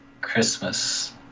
Christmas